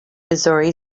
missouri